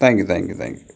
thank you thank you thank you